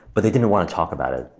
but they didn't want to talk about it,